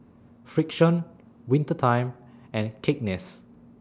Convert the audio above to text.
Frixion Winter Time and Cakenis